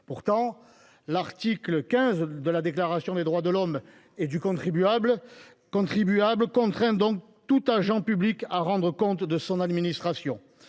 Pourtant, l’article 15 de la Déclaration des droits de l’homme et du… contribuable contraint tout agent public à rendre compte de son administration.